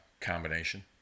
combination